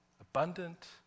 abundant